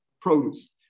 produce